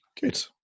good